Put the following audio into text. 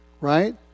Right